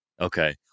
Okay